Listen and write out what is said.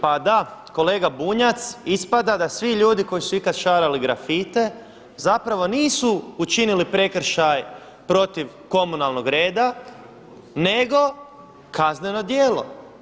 Pa da, kolega Bunjac ispada da svi ljudi koji su ikad šarali grafite zapravo nisu učinili prekršaj protiv komunalnog reda nego kazneno djelo.